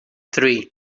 three